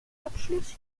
abschluss